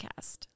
podcast